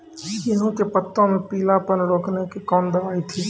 गेहूँ के पत्तों मे पीलापन रोकने के कौन दवाई दी?